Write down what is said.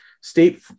state